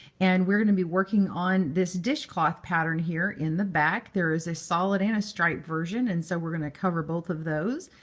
and we're going to be working on this dishcloth pattern here in the back. there is a solid and a stripe version, and so we're going to cover both of those.